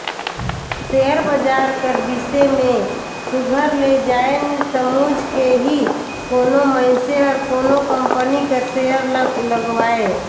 share बजार कर बिसे में सुग्घर ले जाएन समुझ के ही कोनो मइनसे हर कोनो कंपनी कर सेयर ल लगवाए